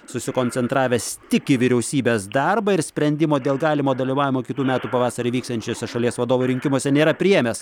susikoncentravęs tik į vyriausybės darbą ir sprendimo dėl galimo dalyvavimo kitų metų pavasarį vyksiančiuose šalies vadovo rinkimuose nėra priėmęs